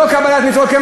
לא קבלת מצוות.